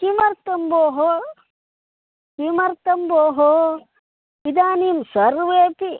किमर्थं भोः किमर्थं भोः इदानीं सर्वेपि